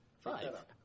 Five